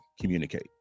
communicate